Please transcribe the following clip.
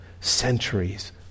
centuries